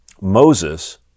Moses